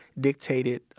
dictated